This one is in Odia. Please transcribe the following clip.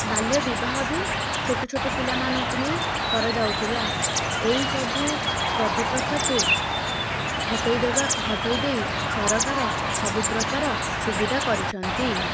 ବାଲ୍ୟ ବିବାହ ବି ଛୋଟ ଛୋଟ ପିଲାମାନଙ୍କୁ ନେଇ କରାଯାଉଥିଲା ଏହିସବୁ ପ୍ରତିପ୍ରଥାକୁ ହଟେଇ ଦେବା ହଟେଇ ଦେଇ ସରକାର ସବୁ ପ୍ର୍ରକାର ସୁବିଧା କରିଛନ୍ତି